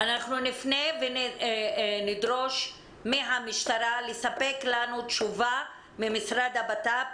אנחנו נפנה ונדרוש מהמשטרה ומהמשרד לבט"פ